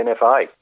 NFA